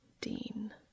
Dean